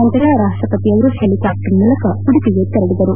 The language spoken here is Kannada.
ನಂತರ ರಾಷ್ಷವತಿ ಅವರು ಹೆಲಿಕಾಪ್ಸರ್ ಮೂಲಕ ಉಡುಪಿಗೆ ತೆರಳಿದರು